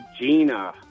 Gina